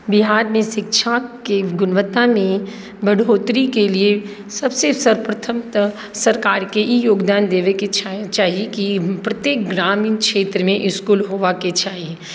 बिहारमे शिक्षाके गुणवत्तामे बढ़ोत्तरीके लिए सबसँ सर्वप्रथम तऽ सरकारके ई योगदान देबैके चाही कि प्रत्येक ग्रामीण क्षेत्रमे इसकुल होबाके चाही